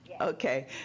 Okay